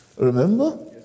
Remember